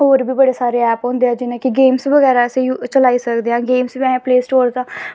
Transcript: होर बी बड़े सारे ऐप्स होंदे न जि'यां अस गेम्स बगैरा चलाई सकदे आं गेम्स बी अस प्लेस्टोर दा